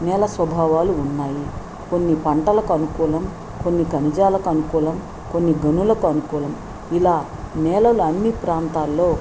నేల స్వభావాలు ఉన్నాయి కొన్ని పంటలకు అనుకూలం కొన్ని ఖనిజాలకు అనుకూలం కొన్ని గనులకు అనుకూలం ఇలా నేలలు అన్నీ ప్రాంతాల్లో